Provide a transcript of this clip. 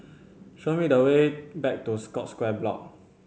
show me the way back to Scotts Square Block